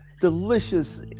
delicious